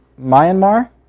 Myanmar